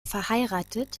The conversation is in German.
verheiratet